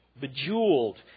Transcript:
bejeweled